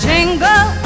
Jingle